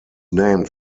named